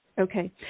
Okay